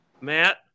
Matt